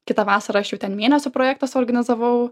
kitą vasarą aš jau ten mėnesio projektą suorganizavau